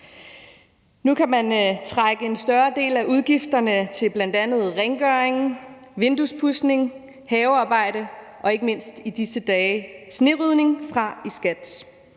Nu kan man trække en større del af udgifterne til bl.a. rengøring, vinduespudsning, havearbejde og – ikke mindst i disse dage – snerydning fra i skat,